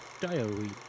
diary